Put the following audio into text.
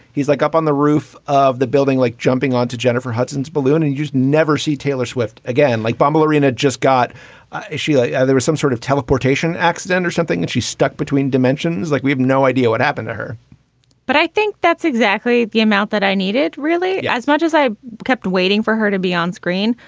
he's like up on the roof of the building, like jumping onto jennifer hudson's balloon and you'll never see taylor swift again. like bumble arena just got a sheila. yeah there was some sort of teleportation accident or something and she stuck between dimensions. like we have no idea what happened to her but i think that's exactly the amount that i needed, really, as much as i kept waiting for her to be on screen.